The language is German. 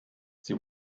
sie